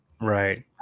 right